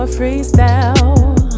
freestyle